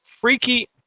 freaky